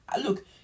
Look